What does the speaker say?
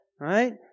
right